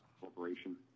corporation